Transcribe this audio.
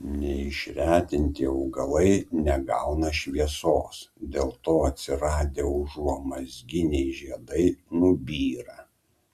neišretinti augalai negauna šviesos dėl to atsiradę užuomazginiai žiedai nubyra